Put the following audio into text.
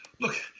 Look